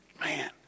Man